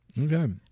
Okay